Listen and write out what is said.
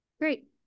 great